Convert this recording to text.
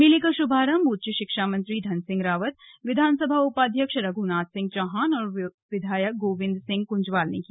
मेले का शुभारंभ उच्च शिक्षा मंत्री धन सिंह रावत विधानसभा उपाध्यक्ष रघुनाथ सिंह चौहान और विधायक गोविंद सिंह कुंजवाल ने किया